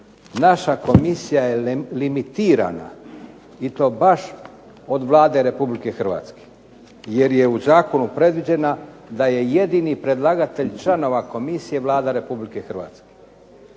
naša komisija je limitirana i to baš od Vlade Republike Hrvatske, jer je u zakonu predviđena da je jedini predlagatelj članova komisije Vlada Republike Hrvatske.